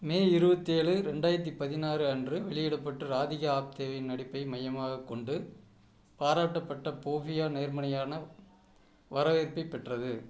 மே இருபத்தேலு ரெண்டாயிரத்தி பதினாறு அன்று வெளியிடப்பட்டு ராதிகா ஆப்தேவின் நடிப்பை மையமாகக் கொண்டு பாராட்டப்பட்ட போபியா நேர்மறையான வரவேற்பைப் பெற்றது